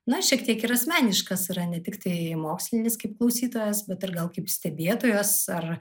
na šiek tiek ir asmeniškas yra ne tiktai mokslinis kaip klausytojas bet ir gal kaip stebėtojas ar